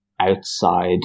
outside